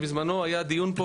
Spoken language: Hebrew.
בזמנו היה דיון פה